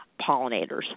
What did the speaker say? pollinators